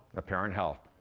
apparent health.